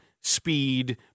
speed